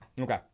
Okay